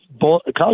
college